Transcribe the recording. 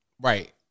right